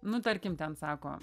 nu tarkim ten sako